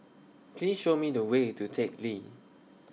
Please Show Me The Way to Teck Lee